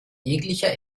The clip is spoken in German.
jeglicher